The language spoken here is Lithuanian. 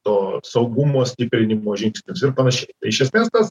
to saugumo stiprinimo žingsnius ir panašiai tai iš esmės tas